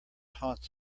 haunts